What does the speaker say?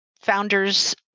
founders